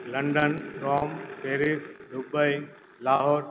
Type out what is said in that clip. London Rome Paris Dubai Lahore